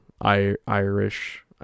Irish